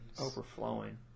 overflowing